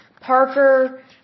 Parker